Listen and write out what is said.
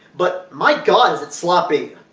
but my god is it sloppy!